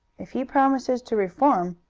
if he promises to reform,